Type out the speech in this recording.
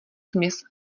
směs